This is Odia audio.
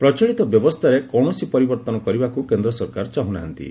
ପ୍ରଚଳିତ ବ୍ୟବସ୍ଥାରେ କୌଣସି ପରିବର୍ତ୍ତନ କରିବାକୁ କେନ୍ଦ୍ର ସରକାର ଚାହୁଁ ନାହାନ୍ତି